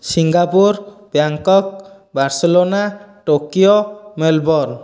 Singapore Bangkok Barcelona Tokyo Melbourne